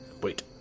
Wait